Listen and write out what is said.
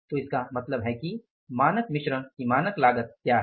तो इसका मतलब है कि मानक मिश्रण की मानक लागत क्या है